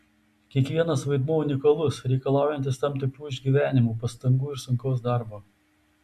kiekvienas vaidmuo unikalus reikalaujantis tam tikrų išgyvenimų pastangų ir sunkaus darbo